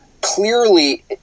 clearly